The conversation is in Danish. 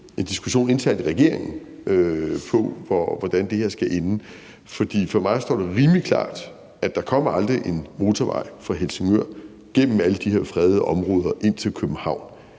en diskussion internt i regeringen om, hvordan det her skal ende? For for mig står det rimelig klart, at der aldrig kommer en motorvej fra Helsingør gennem alle de her fredede områder ind til København.